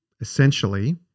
essentially